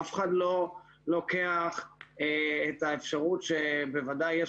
אף אחד לא לוקח את האפשרות שבוודאי יש